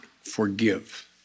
forgive